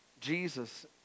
Jesus